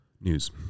news